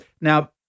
Now